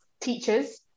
teachers